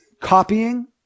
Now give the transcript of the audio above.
copying